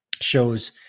shows